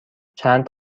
چند